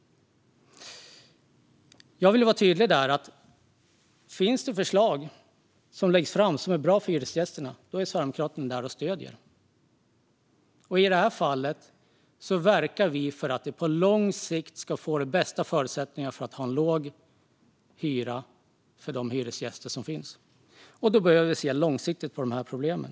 Jag vill vara tydlig med att om det finns förslag som är bra för hyresgästerna är Sverigedemokraterna där och stöder. I det här fallet verkar vi för att det på lång sikt ska bli de bästa förutsättningarna för en låg hyra för hyresgästerna. Då behöver vi se långsiktigt på problemen.